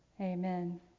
Amen